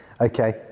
Okay